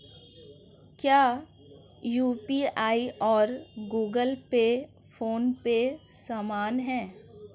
क्या यू.पी.आई और Google Pay PhonePe समान हैं?